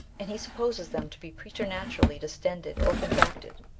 and he supposes them to be pretematurally distended or contracted.